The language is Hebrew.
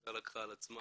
ושהוועדה לקחה על עצמה